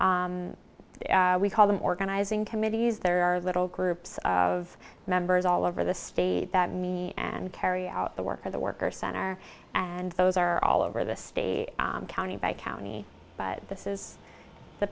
we call them organizing committees there are little groups of members all over the state that me and carry out the work for the workers center and those are all over the state county by county but this is the